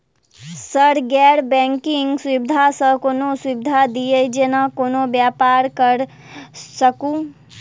Sir गैर banking सुविधा सँ कोनों सुविधा दिए जेना कोनो व्यापार करऽ सकु?